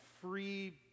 free